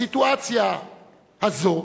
בסיטואציה הזאת